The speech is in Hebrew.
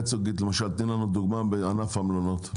לנו דוגמה לתביעה ייצוגית בענף המלונאות.